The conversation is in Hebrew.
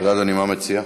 תודה, אדוני, מה אתה מציע?